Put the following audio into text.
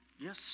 Yes